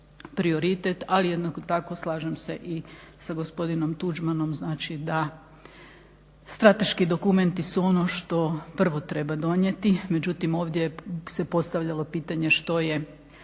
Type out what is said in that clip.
prioritet ali jednako tako slažem se i sa gospodinom Tuđmanom da strateški dokumenti su ono što prvo treba donijeti. Međutim ovdje se postavljalo pitanje što je